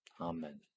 Amen